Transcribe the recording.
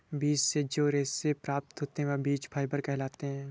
बीज से जो रेशे से प्राप्त होते हैं वह बीज फाइबर कहलाते हैं